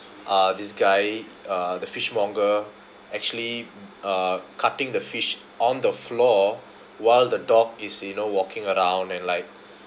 uh this guy uh the fishmonger actually uh cutting the fish on the floor while the dog is you know walking around and like